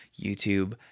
YouTube